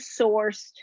sourced